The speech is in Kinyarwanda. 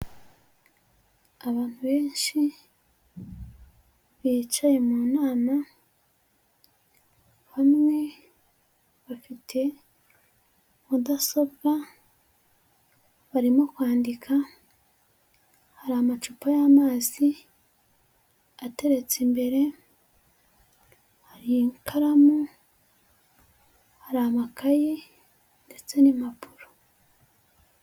Abantu benshi bicaye mu nama, bamwe bafite mudasobwa, barimo kwandika, hari amacupa y'amazi ateretse imbere, hari ikaramu, hari amakayi ndetse n'impapuro.